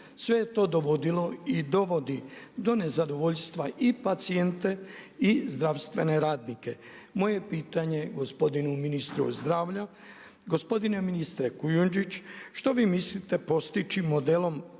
Sve je to dovodilo i dovodi do nezadovoljstva i pacijente i zdravstvene radnike. Moje je pitanje gospodinu ministru zdravlja. Gospodine ministre Kujundžić što vi mislite postići modelom